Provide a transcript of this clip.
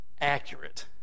accurate